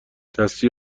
دستی